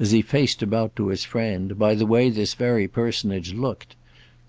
as he faced about to his friend, by the way this very personage looked